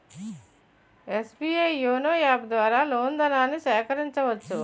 SBI YONO app ద్వారా loan ధనాన్ని సేకరించవచ్చు